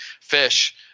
fish